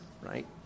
right